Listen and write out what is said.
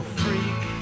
freak